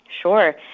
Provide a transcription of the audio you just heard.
Sure